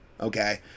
okay